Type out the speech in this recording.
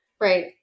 Right